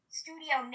studio